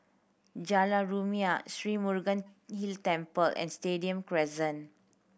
Jalan Rumia Sri Murugan Hill Temple and Stadium Crescent